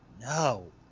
no